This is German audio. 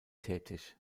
tätig